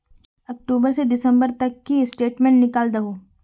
अक्टूबर से दिसंबर तक की स्टेटमेंट निकल दाहू?